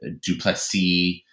duplessis